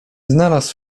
znalazł